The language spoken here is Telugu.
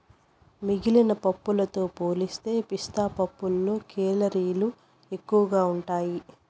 మిగిలిన పప్పులతో పోలిస్తే పిస్తా పప్పులో కేలరీలు ఎక్కువగా ఉంటాయి